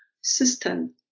system